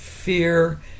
fear